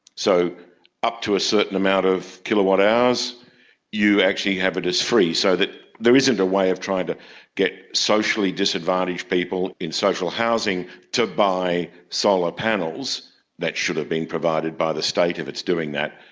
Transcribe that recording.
so up to a certain amount of kilowatt hours you actually have it as free, so that there isn't a way of trying to get socially disadvantaged people in social housing to buy solar panels that should have been provided by the state if it's doing that,